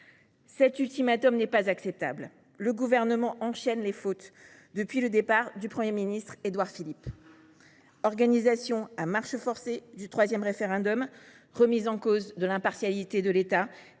Cet ultimatum n’est pas acceptable. Le Gouvernement enchaîne les fautes depuis le départ du Premier ministre Édouard Philippe : organisation à marche forcée du troisième référendum, remise en cause de l’impartialité de l’État